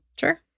Sure